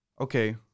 okay